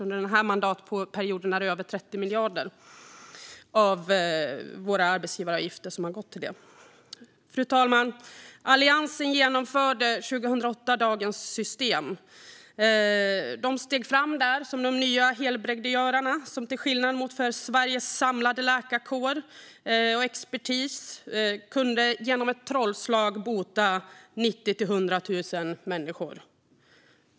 Under den här mandatperioden har över 30 miljarder av våra arbetsgivaravgifter gått till det. Fru talman! Alliansen genomförde 2008 dagens system. De steg fram som de nya helbrägdagörarna som till skillnad från Sveriges samlade läkarkår och expertis kunde genom ett trollslag bota 90 000-100 000 människor.